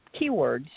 keywords